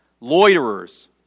loiterers